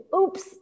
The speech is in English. oops